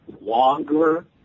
longer